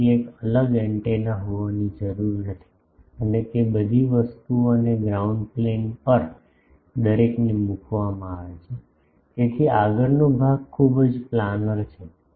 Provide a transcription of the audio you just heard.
તેથી એક અલગ એન્ટેના હોવાની જરૂર નથી અને તે બધી વસ્તુઓ અને ગ્રાઉન્ડ પ્લેન પર દરેકને મૂકવામાં આવે છે તેથી આગળનો ભાગ ખૂબ જ પ્લાનર છે